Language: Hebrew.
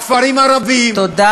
בכפרים הערביים, תודה,